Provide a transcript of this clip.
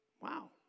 Wow